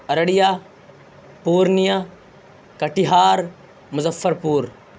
Araria Purnia Katihar Muzaffarpur